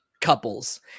couples